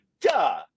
duh